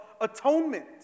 atonement